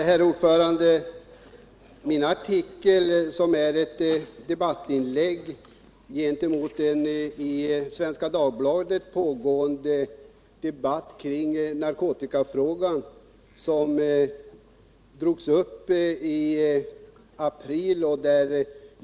Herr talman! Min artikel är ett debattinlägg i en i Svenska Dagbladet pågående debatt i narkotikafrågan, som drogs upp i april.